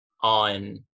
on